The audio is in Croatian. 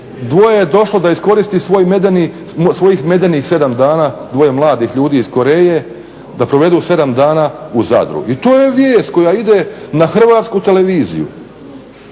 dvoje je došlo da iskoristiti svojih medenih sedam dana, dvoje mladih ljudi iz Koreje da provedu sedam dana u Zadru i to je vijest koja ide na HRT. To je vijest